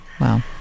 Wow